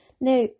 now